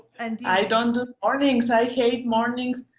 and i don't do mornings. i hate mornings.